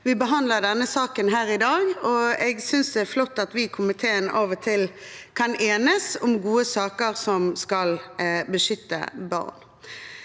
vi behandler denne saken i dag, og jeg synes det er flott at vi i komiteen av og til kan enes om gode saker som skal beskytte barn.